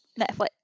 Netflix